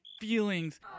feelings